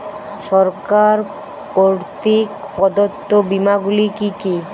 সরকার কর্তৃক প্রদত্ত বিমা গুলি কি কি?